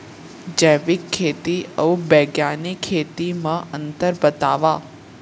जैविक खेती अऊ बैग्यानिक खेती म अंतर बतावा?